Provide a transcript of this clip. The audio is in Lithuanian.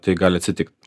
tai gali atsitikt